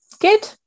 Good